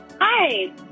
Hi